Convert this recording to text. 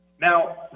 Now